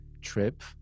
trip